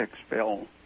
expel